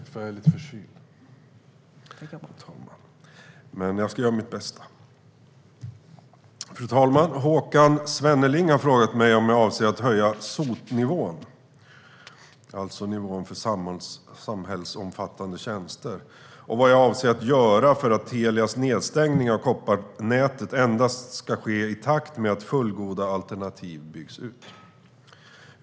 Fru talman! Håkan Svenneling har frågat mig om jag avser att höja SOT-nivån, alltså nivån för samhällsomfattande tjänster, och vad jag avser att göra för att Telias nedstängning av kopparnätet endast ska ske i takt med att fullgoda alternativ byggs ut.